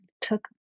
took